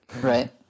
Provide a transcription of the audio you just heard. Right